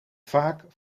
vaak